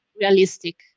realistic